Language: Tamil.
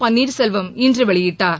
பன்னீர் செல்வம் இன்று வெளியிட்டார்